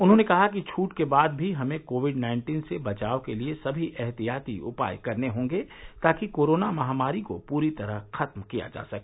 उन्होंने कहा कि छूट के बाद भी हमें कोविड नाइन्टीन से बचाव के लिए सभी एहतियाती उपाय करने हॉगे ताकि कोरोना महामारी को पूरी तरह खत्म किया जा सके